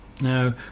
Now